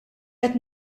qed